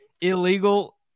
illegal